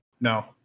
No